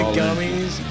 gummies